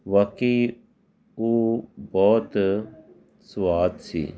ਵਾਕਈ ਉਹ ਬਹੁਤ ਸਵਾਦ ਸੀ